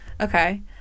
Okay